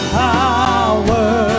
power